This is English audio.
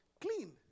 Clean